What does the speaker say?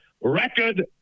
Record